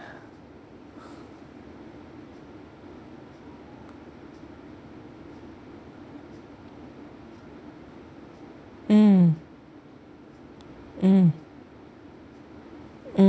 mm mm